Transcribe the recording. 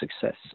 success